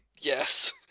yes